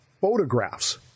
photographs